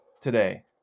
today